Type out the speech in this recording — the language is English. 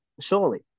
surely